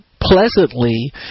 Pleasantly